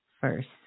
first